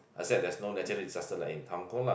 except there's no natural disaster like in Hong-Kong lah